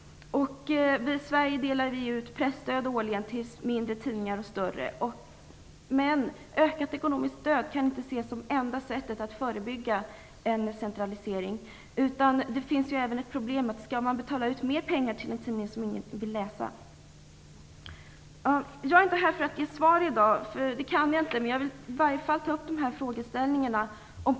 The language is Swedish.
I Sverige delas det årligen ut presstöd till mindre och större tidningar. Men ökat ekonomiskt stöd kan inte ses som enda sättet att förebygga en centralisering. Det finns även problemet om huruvida man skall betala ut mer pengar till en tidning som ingen vill läsa. Jag är inte här för att ge svar. Jag kan inte det. Men jag vill ta upp frågeställningarna.